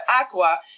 aqua